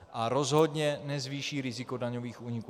A rozhodně nezvýší riziko daňových úniků.